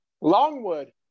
Longwood